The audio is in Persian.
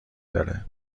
داره